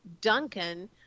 duncan